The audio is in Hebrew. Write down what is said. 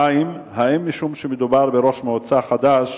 2. האם מכיוון שמדובר בראש מועצה חדש